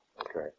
Okay